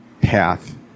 path